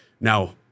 Now